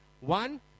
One